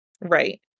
Right